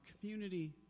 community